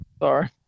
Sorry